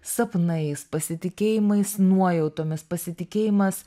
sapnais pasitikėjimais nuojautomis pasitikėjimas